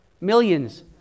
millions